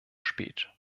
spät